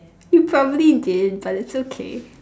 you probably did but it's okay